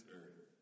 earth